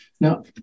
Now